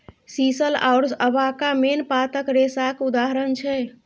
sisal आओर abaca मेन पातक रेशाक उदाहरण छै